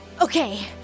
Okay